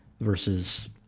versus